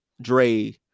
Dre